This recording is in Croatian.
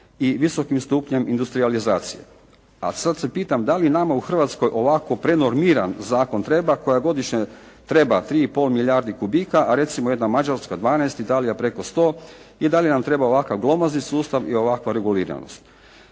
i visokim stupnjem industrijalizacije, a sada se pitam da li nama u Hrvatskoj ovako prenormiran zakon treba koja godišnje treba 3,5 milijardi kubika, a recimo jedna Mađarska 12, Italija preko 100 i da li nam treba ovakav glomazni sustav i ovakva reguliranost.